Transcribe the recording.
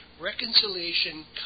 Reconciliation